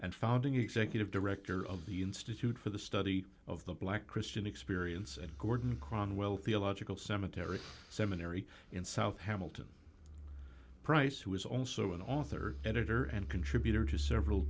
and founding executive director of the institute for the study of the black christian experience and gordon kron well theological cemetery seminary in south hamilton price who is also an author editor and contributor to several